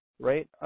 right